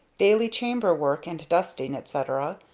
daily chamber work and dusting, etc,